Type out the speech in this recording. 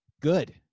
Good